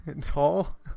tall